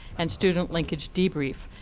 and student linkage debrief.